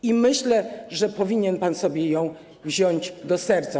I myślę, że powinien pan sobie ją wziąć do serca.